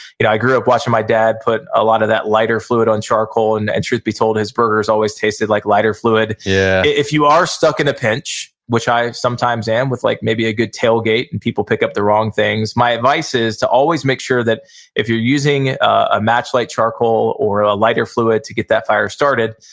i grew up watching my dad put a lot of that lighter fluid on charcoal, and and truth be told, his burgers always tasted like lighter fluid yeah if you are stuck in a pinch, which i sometimes am with like maybe a good tailgate and people pick up the wrong things, my advice is, to always make sure that if you're using a match light charcoal, or a lighter fluid to get that fire started,